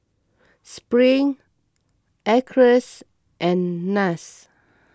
Spring Acres and Nas